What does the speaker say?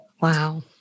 Wow